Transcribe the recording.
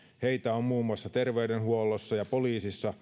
heitä on muun muassa terveydenhuollossa ja poliisissa